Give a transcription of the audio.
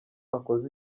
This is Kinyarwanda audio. akoze